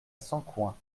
sancoins